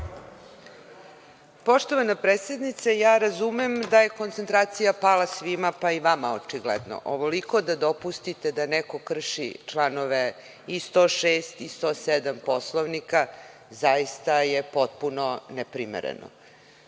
Poštovana predsednice, ja razumem da je koncentracija pala svima, pa i vama očigledno. Ovoliko da dopustite da neko krši članove i 106, i 107. Poslovnika zaista je potpuno neprimereno.